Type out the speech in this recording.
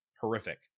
horrific